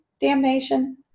damnation